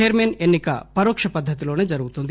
chairman ఎన్ని క పరోక్ష పద్దతిలోనే జరుగుతుంది